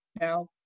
Now